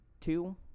two